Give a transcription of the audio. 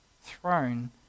throne